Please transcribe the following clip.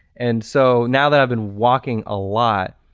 and so, now that i've been walking a lot,